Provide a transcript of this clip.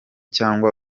cyangwa